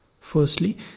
firstly